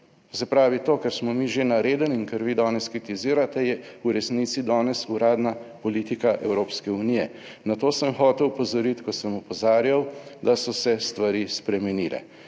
pravi, to kar smo mi že naredili in kar vi danes kritizirate, je v resnici danes uradna politika Evropske unije. Na to sem hotel opozoriti, ko sem opozarjal, da so se stvari spremenile.